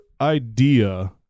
idea